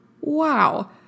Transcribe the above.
Wow